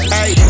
Hey